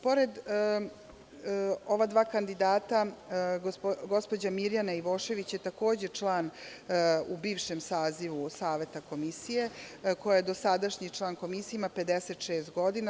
Pored ova dva kandidata, gospođa Mirjana Ivošević je takođe član u bivšem sazivu Saveta Komisije, koja je dosadašnji član Komisije, ima 56 godina.